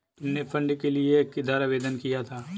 तुमने फंड के लिए किधर आवेदन किया था?